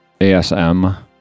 ASM